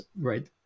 right